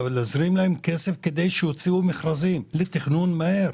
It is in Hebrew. להזרים להן כסף כדי שיוציאו מכרזים לתכנן מהיר.